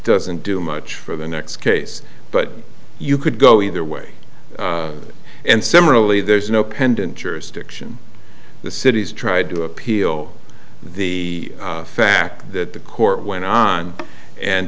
doesn't do much for the next case but you could go either way and similarly there's no pendent jurisdiction the city's tried to appeal the fact that the court went on and